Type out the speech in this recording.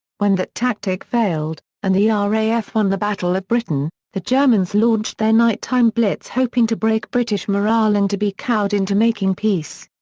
when that tactic failed, and the ah raf won the battle of britain, the germans launched their night time blitz hoping to break british morale and to be cowed into making peace.